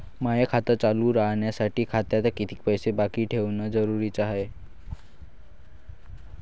माय खातं चालू राहासाठी खात्यात कितीक पैसे बाकी ठेवणं जरुरीच हाय?